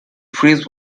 freeze